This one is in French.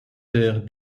terre